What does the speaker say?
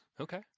Okay